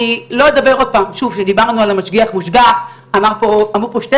כשדיברנו על המשגיח-מושגח אמרו פה שני